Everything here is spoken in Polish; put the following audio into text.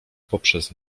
poprzez